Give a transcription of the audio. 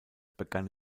begann